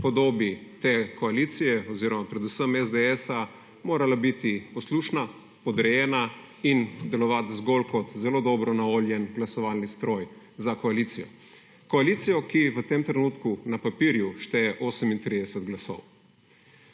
podobi te koalicije oziroma predvsem SDS morala biti poslušna, podrejena in delovati zgolj kot zelo dobro naoljen glasovalni stroj za koalicijo. Koalicijo, ki v tem trenutku na papirju šteje 38 glasov.